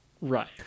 right